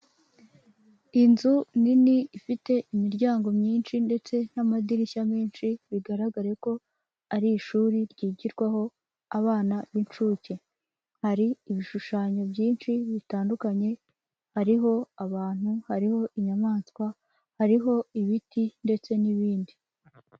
Inzu nini ifite imiryango myinshi ndetse n'amadirishya menshi, bigaragare ko ari ishuri ryigirwaho abana b'inshuke, hari ibishushanyo byinshi bitandukanye, hariho abantu, hariho inyamaswa, hariho ibiti ndetse n'ibindi.